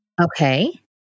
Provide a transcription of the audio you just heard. Okay